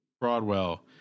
Broadwell